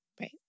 Right